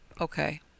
Okay